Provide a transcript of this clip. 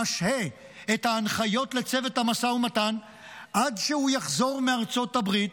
משהה את ההנחיות לצוות המשא ומתן עד שהוא יחזור מארצות הברית,